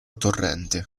torrente